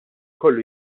kollu